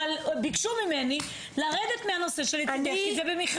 אבל ביקשו ממני לרדת מהנושא של "לצידך" כי זה במכרז.